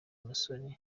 musoni